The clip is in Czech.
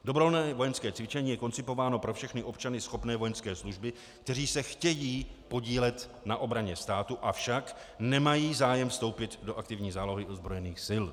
Dobrovolné vojenské cvičení je koncipováno pro všechny občany schopné vojenské služby, kteří se chtějí podílet na obraně státu, avšak nemají zájem vstoupit do aktivní zálohy ozbrojených sil.